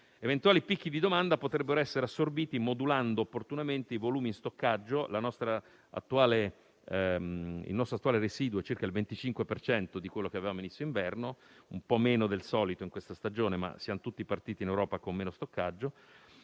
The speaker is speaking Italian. Eventuali picchi di domanda potrebbero essere assorbiti modulando opportunamente i volumi di stoccaggio residui - il nostro attuale residuo è circa il 25 per cento di quello che avevamo a inizio inverno, un po' meno del solito in questa stagione, ma siamo tutti partiti in Europa con meno stoccaggio